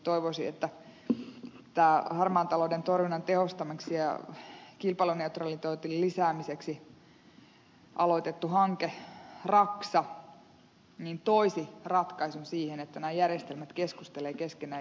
toivoisin että harmaan talouden torjunnan tehostamiseksi ja kilpailuneutraliteetin lisäämiseksi aloitettu hanke raksa toisi ratkaisun siihen että nämä järjestelmät keskustelevat keskenään